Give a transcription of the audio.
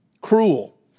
cruel